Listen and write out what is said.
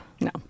No